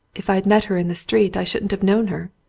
if i'd met her in the street i shouldn't have known her.